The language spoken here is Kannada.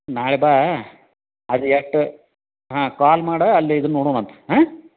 ನಾಳೆ ಬಾ ಅದು ಎಷ್ಟ ಹಾಂ ಕಾಲ್ ಮಾಡು ಅಲ್ಲೇ ಇದನ್ನ ನೊಡೋಣಂತ್ ಹಾಂ